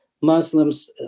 Muslims